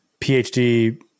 PhD